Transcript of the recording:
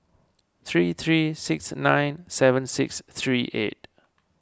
three three six nine seven six three eight